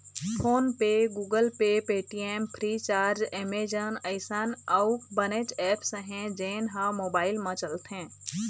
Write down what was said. phone पे, Google Pay, Paytm, Freecharge, Amazon अइसन अउ बनेच ऐप्स हे जेन ह मोबाईल म चलथे